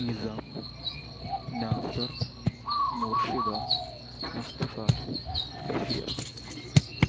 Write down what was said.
Nizam Nasar Murshida Mustafa Basheer